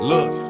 Look